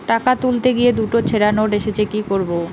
টাকা তুলতে গিয়ে দুটো ছেড়া নোট এসেছে কি করবো?